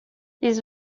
this